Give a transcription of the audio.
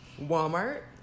Walmart